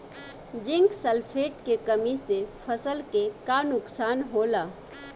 Zinc sulphate के कमी से फसल के का नुकसान होला?